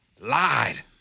Lied